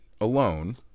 alone